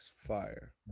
fire